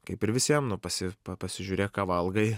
kaip ir visiem nu pasi pa pasižiūrėk ką valgai